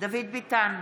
דוד ביטן,